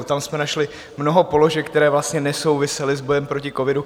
Tam jsme našli mnoho položek, které vlastně nesouvisely s bojem proti covidu.